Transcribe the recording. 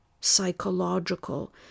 psychological